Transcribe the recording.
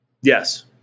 Yes